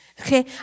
okay